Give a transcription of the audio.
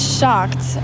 shocked